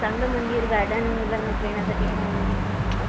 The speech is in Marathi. चांगलं मंदिर गार्डन मुलांना खेळण्यासाठी आहे म्हणे तिथं मस्त